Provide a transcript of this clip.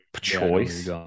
choice